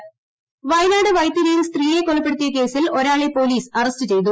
arrest Wayanad വൈത്തിരിയിൽ സ്ത്രീയ്യെ കൊലപ്പെടുത്തിയ കേസിൽ ഒരാളെ പോലീസ് അറസ്റ്റ് ക്ലെയ്തു